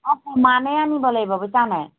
অ সিমানেই আনিব লাগিব বুজিছানে